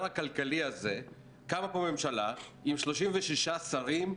הכלכלי הזה קמה פה ממשלה עם 36 שרים,